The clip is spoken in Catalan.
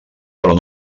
però